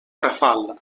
rafal